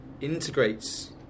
integrates